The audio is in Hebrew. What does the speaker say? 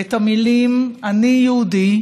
את המילים "אני יהודי"